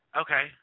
Okay